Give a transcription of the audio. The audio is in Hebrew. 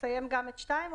לסיים גם את 2?